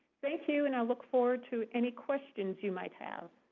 thank you. and i look forward to any questions you might have.